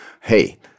hey